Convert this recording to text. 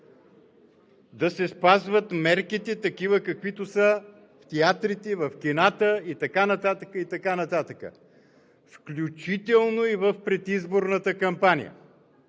да се спазват мерките такива, каквито са в театрите, в кината и така нататък, включително и в предизборната кампания.